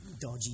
dodgy